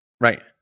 Right